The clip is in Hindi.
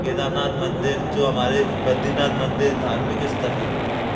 केदारनाथ मंदिर जो हमारे बद्रीनाथ मंदिर धार्मिक स्थल हैं